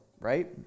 right